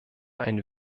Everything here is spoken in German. ein